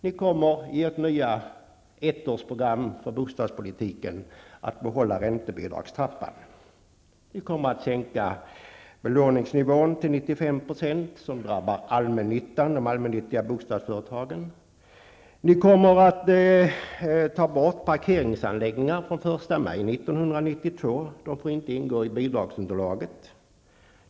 Ni kommer i ert nya ettårsprogram för bostadspolitiken att behålla räntebidragstrappan. Ni kommer att sänka belåningsnivån till 95 %, något som drabbar allmännyttan, de allmännyttiga bostadsföretagen. Ni kommer att se till att parkeringsanläggningar fr.o.m. den 1 maj 1992 inte längre får ingå i bidragsunderlaget.